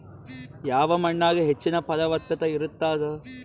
ಯಾವ ಮಣ್ಣಾಗ ಹೆಚ್ಚಿನ ಫಲವತ್ತತ ಇರತ್ತಾದ?